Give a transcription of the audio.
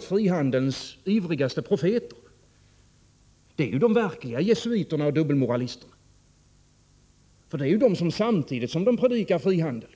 Frihandelns ivrigaste profeter är de verkliga jesuiterna och dubbelmoralisterna. Samtidigt som de predikar frihandel,